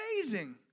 amazing